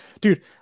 Dude